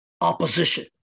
opposition